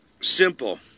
Simple